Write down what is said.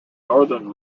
northern